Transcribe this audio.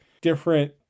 different